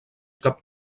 cap